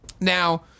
Now